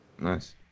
Nice